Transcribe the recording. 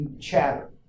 chatter